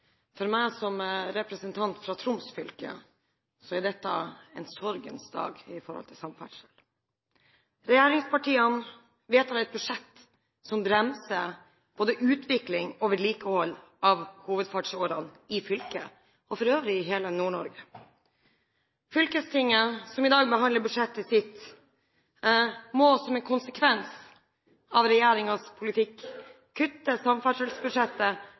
dette en sorgens dag når det gjelder samferdsel. Regjeringspartiene vedtar et budsjett som bremser både utvikling og vedlikehold av hovedfartsårene i fylket og for øvrig i hele Nord-Norge. Fylkestinget, som i dag behandler budsjettet sitt, må som en konsekvens av regjeringens politikk, kutte samferdselsbudsjettet